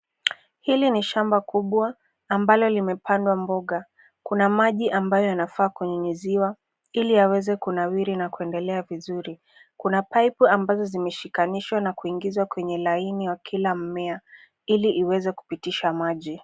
Hili ni shamba kubwa, ambalo limepandwa mboga. Kuna maji ambayo yanafaa kunyunyiziwa, ili yaweze kunawiri na kuendelea vizuri. Kuna paipu ambazo zimeshikanishwa na kuingizwa kwenye laini wa kila mmea, ili iweze kupitisha maji.